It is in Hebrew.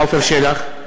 עפר שלח.